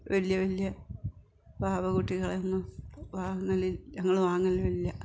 വലിയ വലിയ പാവക്കുട്ടികളെയൊന്നും ഞങ്ങൾ വാങ്ങലില്ല